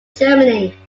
germany